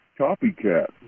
copycat